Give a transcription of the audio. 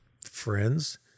friends